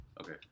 Okay